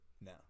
No